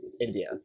india